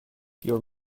your